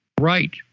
right